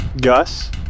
Gus